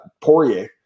Poirier